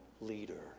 leader